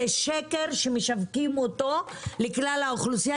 זה שקר שמשווקים אותו לכלל האוכלוסייה